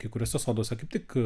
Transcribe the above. kai kuriuose soduose kaip tik